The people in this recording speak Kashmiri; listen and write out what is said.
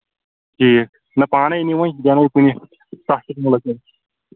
ٹھیٖک نَہ پانے أنِو وۅنۍ دیٛاوٕنٲوِو کُنہِ سستس منٛز لٔکٕر